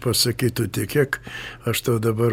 pasakyt tu tikėk aš tau dabar